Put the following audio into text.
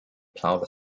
plough